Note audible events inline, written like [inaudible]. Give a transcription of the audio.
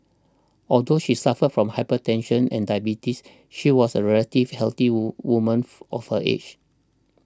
although she suffered from hypertension and diabetes she was a relatively healthy [unintelligible] woman [noise] of her age